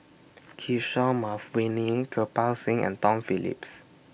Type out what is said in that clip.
Kishore Mahbubani Kirpal Singh and Tom Phillips